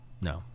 no